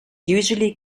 usually